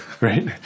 right